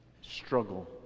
struggle